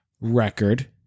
record